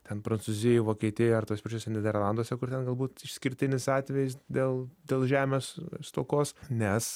ten prancūzijoj vokietijoj ar tuose pačiuose nyderlanduose kur ten galbūt išskirtinis atvejis dėl dėl žemės stokos nes